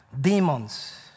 demons